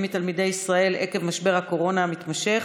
מתלמידי ישראל עקב משבר הקורונה המתמשך,